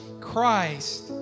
Christ